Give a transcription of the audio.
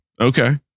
Okay